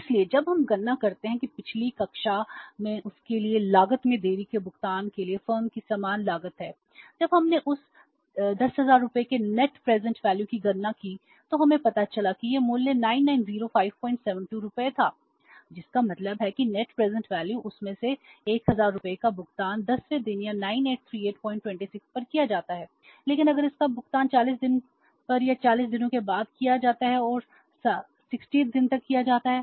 इसलिए जब हम गणना करते हैं कि पिछली कक्षा में उसके लिए लागत में देरी के भुगतान के लिए फर्म की समान लागत है जब हमने उस 10000 रुपये के नेट प्रेजेंट वैल्यू उसमें से 1००० रुपये का भुगतान ४० वें दिन यानी 983826 पर किया जाता है लेकिन अगर इसका भुगतान 4० दिन पर या 4० दिनों के बाद किया जाता है और 6०th दिन तक किया जाता है